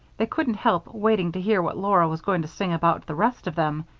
they couldn't help waiting to hear what laura was going to sing about the rest of them,